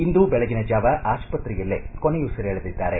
ಇಂದು ಬೆಳಗಿನ ಜಾವ ಆಸ್ಪತ್ರೆಯಲ್ಲೆ ಕೊನೆಯುಸಿರೆಳೆದಿದ್ದಾರೆ